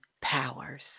powers